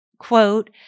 quote